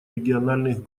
региональных